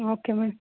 okay madam